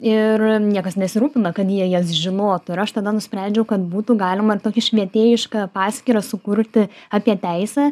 ir niekas nesirūpina kad jie jas žinotų ir aš tada nusprendžiau kad būtų galima tokį švietėjišką paskyrą sukurti apie teisę